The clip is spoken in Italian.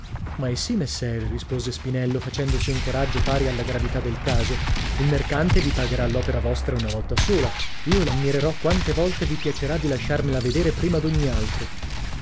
commissione maisì messere rispose spinello facendosi un coraggio pari alla gravità del caso il mercante vi pagherà l'opera vostra una volta sola io l'ammirerò quante volte vi piacerà di lasciarmela vedere prima d'ogni altro